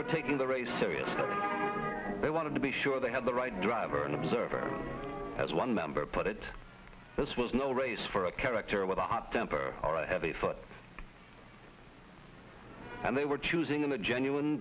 were taking the race serious they wanted to be sure they had the right driver and observer as one member put it this was no race for a character with a hot temper heavy foot and they were choosing in a genuine